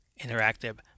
interactive